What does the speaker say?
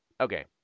Okay